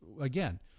again